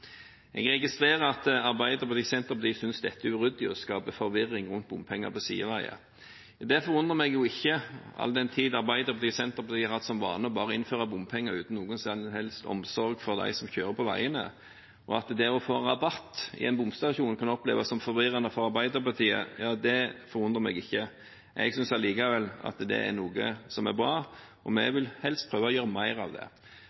Jeg registrerer at Arbeiderpartiet og Senterpartiet synes dette er uryddig og skaper forvirring rundt bompenger på sideveier. Det forundrer meg ikke all den tid Arbeiderpartiet og Senterpartiet har hatt som vane bare å innføre bompenger uten noen som helst omsorg for dem som kjører på veiene. At det å få en rabatt i en bomstasjon kan oppleves som forvirrende for Arbeiderpartiet, forundrer meg ikke. Jeg synes allikevel at det er noe som er bra, og vi vil helst prøve å gjøre mer av det.